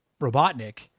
Robotnik